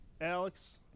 Alex